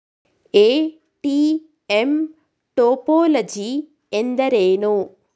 ATM topology ಎಂದರೇನು?